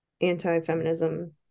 anti-feminism